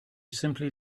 simply